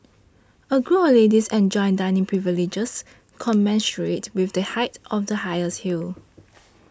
a group of ladies enjoys dining privileges commensurate with the height of the highest heel